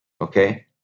Okay